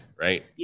right